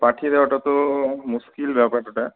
পাঠিয়ে দেওয়াটা তো মুশকিল ব্যাপার ওটা